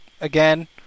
again